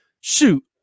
shoot